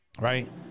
right